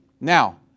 Now